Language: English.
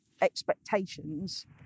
expectations